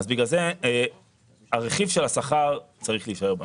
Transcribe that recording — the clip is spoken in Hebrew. לכן הרכיב של השכר צריך להישאר.